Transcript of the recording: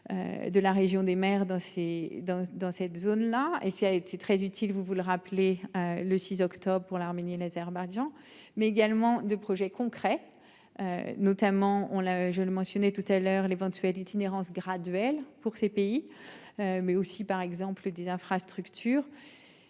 des mers dans ses, dans dans cette zone là et s'il a été très utile, vous vous le rappelez. Le 6 octobre pour l'Arménie et l'Azerbaïdjan, mais également de projets concrets. Notamment on là je le mentionnais tout à l'heure l'éventuelle itinérance graduelle pour ces pays. Mais aussi par exemple des infrastructures.